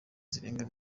zirenga